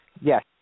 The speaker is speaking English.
Yes